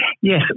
Yes